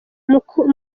mukura